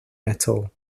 metal